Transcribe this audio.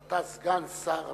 אתה סגן שר